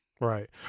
Right